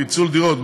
פיצול דירות),